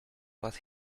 what